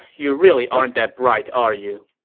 you really aren't that bright, are you?